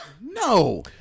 No